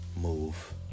move